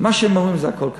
מה שהם אומרים זה הכול קדוש.